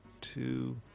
two